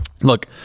look